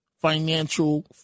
financial